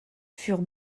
furent